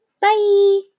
bye